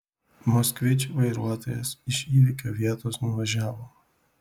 moskvič vairuotojas iš įvykio vietos nuvažiavo